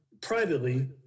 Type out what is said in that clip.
privately